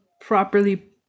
properly